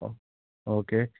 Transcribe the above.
അ okay